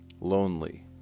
lonely